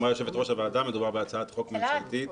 הוועדה, מדובר בהצעת חוק ממשלתית,